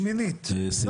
שמינית,